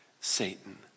Satan